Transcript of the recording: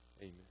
amen